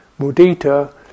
Mudita